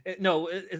no